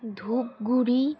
Dhupguri